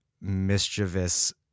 mischievous